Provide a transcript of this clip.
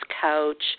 couch